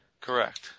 Correct